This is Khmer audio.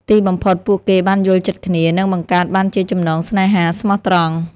ទីបំផុត ពួកគេបានយល់ចិត្តគ្នា និងបង្កើតបានជាចំណងស្នេហាស្មោះត្រង់។